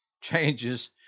changes